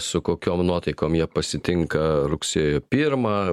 su kokiom nuotaikom jie pasitinka rugsėjo pirmą